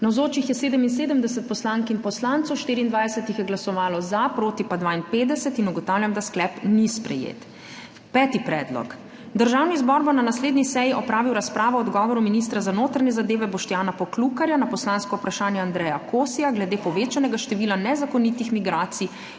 Navzočih je 77 poslank in poslancev, 24 jih je glasovalo za, proti pa 52. (Za je glasovalo 24.) (Proti 52.) Ugotavljam, da sklep ni sprejet. Peti predlog: Državni zbor bo na naslednji seji opravil razpravo o odgovoru ministra za notranje zadeve Boštjana Poklukarja na poslansko vprašanje Andreja Kosja glede povečanega števila nezakonitih migracij